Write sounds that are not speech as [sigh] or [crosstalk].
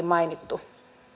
[unintelligible] mainittu